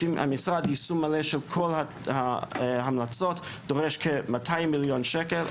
לפי המשרד יישום מלא של כל ההמלצות דורש כ-200 מיליון שקל.